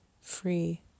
free